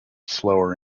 slower